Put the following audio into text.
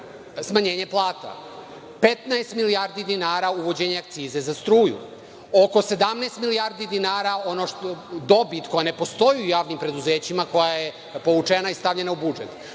smanjenje plata, 15 milijardi dinara uvođenje akcize za struju, oko 17 milijardi dinara dobit koja ne postoji u javnim preduzećima, koja je povučena i stavljena u budžet.